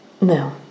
no